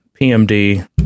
PMD